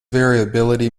variability